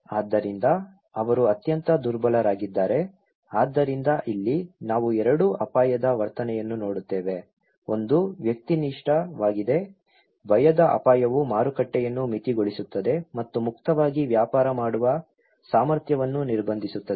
ಆದ್ದರಿಂದ ಅವರು ಅತ್ಯಂತ ದುರ್ಬಲರಾಗಿದ್ದಾರೆ ಆದ್ದರಿಂದ ಇಲ್ಲಿ ನಾವು 2 ಅಪಾಯದ ವರ್ತನೆಯನ್ನು ನೋಡುತ್ತೇವೆ ಒಂದು ವ್ಯಕ್ತಿನಿಷ್ಠವಾಗಿದೆ ಭಯದ ಅಪಾಯವು ಮಾರುಕಟ್ಟೆಯನ್ನು ಮಿತಿಗೊಳಿಸುತ್ತದೆ ಮತ್ತು ಮುಕ್ತವಾಗಿ ವ್ಯಾಪಾರ ಮಾಡುವ ಸಾಮರ್ಥ್ಯವನ್ನು ನಿರ್ಬಂಧಿಸುತ್ತದೆ